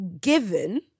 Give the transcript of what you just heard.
given